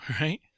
Right